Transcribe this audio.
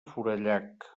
forallac